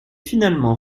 finalement